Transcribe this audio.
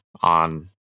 on